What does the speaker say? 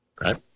right